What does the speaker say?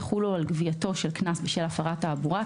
יחולו על גבייתו של קנס בשל הפרת תעבורה,